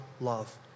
love